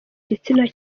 gitsina